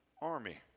army